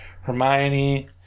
Hermione